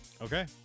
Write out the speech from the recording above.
Okay